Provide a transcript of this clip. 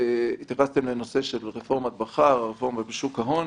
התייחסתם לנושא של רפורמת בכר, הרפורמה בשוק ההון.